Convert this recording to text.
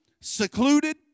secluded